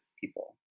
people